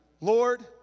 Lord